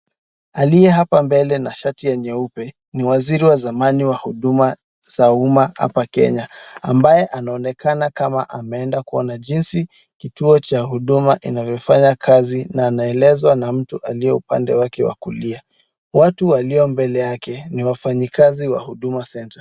Aliye hapa mbele na shati ya nyeupe, ni waziri wa zamani wa Huduma za Umma hapa Kenya, ambaye anaonekana kama ameenda kuona jinsi kituo cha huduma inavyofanya kazi. Na anaelezwa na mtu aliyo upande wake wa kulia. Watu walio mbele yake ni wafanyakazi wa Huduma Center.